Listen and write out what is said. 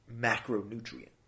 macronutrient